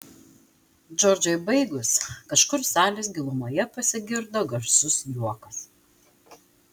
džordžai baigus kažkur salės gilumoje pasigirdo garsus juokas